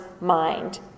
mind